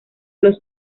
los